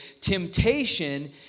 temptation